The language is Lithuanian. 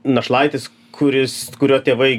našlaitis kuris kurio tėvai